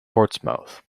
portsmouth